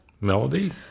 melody